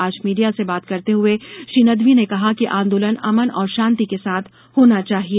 आज मीडिया से बात करते हुए श्री नदवी ने कहा कि आंदोलन अमन और शान्ति के साथ होना चाहिये